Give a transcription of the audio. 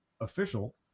official